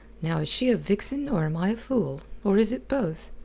now is she a vixen or am i a fool, or is it both?